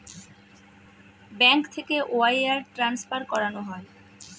bank থেকে wire transfer করানো হয়